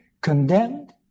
condemned